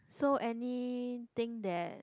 so anything that